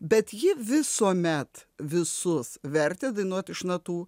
bet ji visuomet visus vertė dainuot iš natų